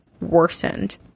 worsened